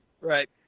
Right